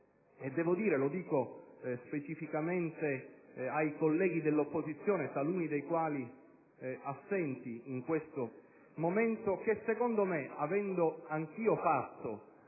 devo dire, specificatamente ai colleghi dell'opposizione, taluni dei quali assenti in questo momento, che, avendo anch'io fatto